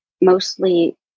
mostly